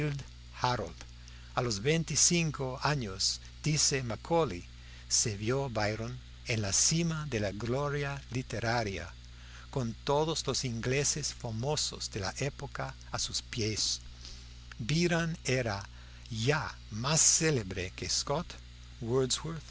harold a los veinticinco años dice macaulay se vio byron en la cima de la gloria literaria con todos los ingleses famosos de la época a sus pies byron era ya más célebre que scott